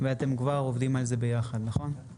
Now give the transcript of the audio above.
זאת אומרת, אתם כבר עובדים על זה ביחד, נכון?